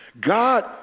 God